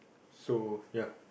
so ya